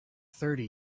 thirty